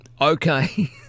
Okay